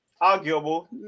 arguable